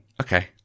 Okay